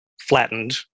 flattened